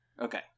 Okay